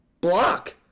block